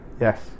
Yes